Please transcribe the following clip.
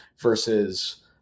versus